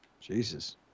Jesus